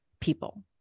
people